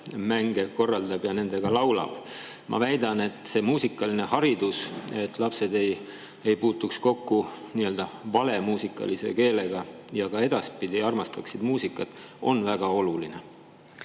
mänge korraldab ja nendega laulab? Ma väidan, et muusikaline haridus, et lapsed ei puutuks kokku nii-öelda vale muusikalise keelega ja ka edaspidi armastaksid muusikat, on väga oluline.